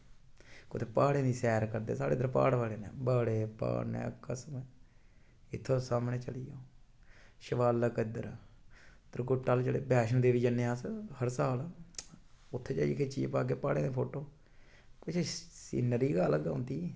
प्हाड़े दी सैर करदे कन्नै साढ़े उद्धर प्हाड़ बड़े प्हाड़ न कसमें इत्थुआं सामनै चढ़ी शिवाला कद्दर त्रिकुटा वैष्णो देवी जन्ने अस हर साल उत्थें जाइयै खिच्चियै पागे प्हाड़ें दे फोटो कुछ सीनरी गै अलग होंदी